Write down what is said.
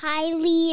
Highly